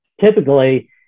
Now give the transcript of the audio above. typically